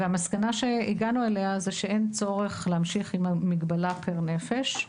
המסקנה שהגענו אליה היא שאין צורך להמשיך עם המגבלה פר נפש.